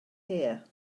here